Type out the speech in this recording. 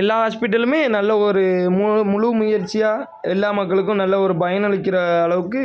எல்லா ஹாஸ்பிட்டலுமே நல்ல ஒரு மூ முழு முயற்சியாக எல்லா மக்களுக்கும் நல்ல ஒரு பயனளிக்கிற அளவுக்கு